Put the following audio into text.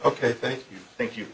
ok thank you thank you